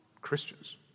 Christians